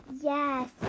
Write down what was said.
yes